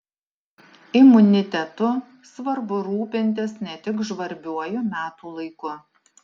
imunitetu svarbu rūpintis ne tik žvarbiuoju metų laiku